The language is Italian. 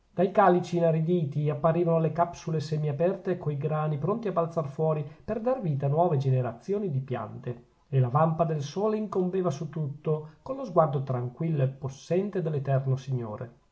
dai calici inariditi apparivano le capsule semi aperte coi grani pronti a balzar fuori per dar vita a nuove generazioni di piante e la vampa del sole incombeva su tutto con lo sguardo tranquillo e possente dell'eterno signore